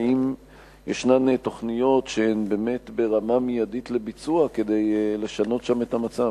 האם יש תוכניות שהן באמת ברמה מיידית לביצוע כדי לשנות שם את המצב.